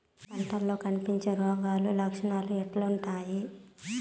పంటల్లో కనిపించే రోగాలు లక్షణాలు ఎట్లుంటాయి?